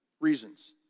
reasons